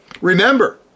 Remember